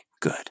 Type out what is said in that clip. good